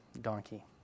donkey